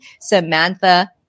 Samantha